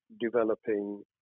developing